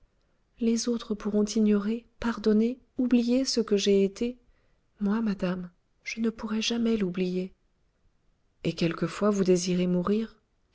les autres pourront ignorer pardonner oublier ce que j'ai été moi madame je ne pourrai jamais l'oublier et quelquefois vous désirez mourir